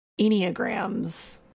Enneagrams